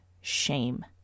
shame